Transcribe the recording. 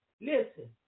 listen